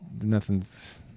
nothing's